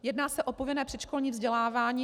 Jedná se o povinné předškolní vzdělávání.